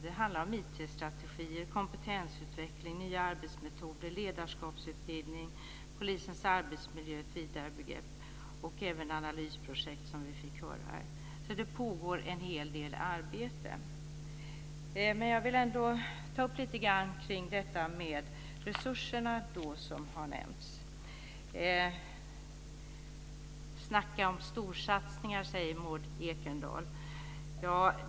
Det handlar om IT-strategier, kompetensutveckling, nya arbetsmetoder, ledarskapsutbildning, polisens arbetsmiljö i vidare bemärkelse och även analysprojekt, som vi fick höra här. Det pågår en hel del arbete. Jag vill lite grann ta upp frågan som resurserna, som har nämnts. Snacka om storsatsningar!, säger Maud Ekendahl.